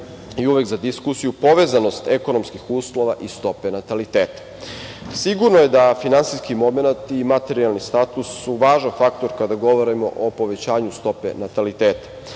i uvek za diskusiju povezanost ekonomskih uslova i stope nataliteta. Sigurno je da su finansijski momenat i materijalni status važan faktor kada govorimo o povećanju stope nataliteta.